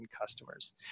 customers